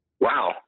Wow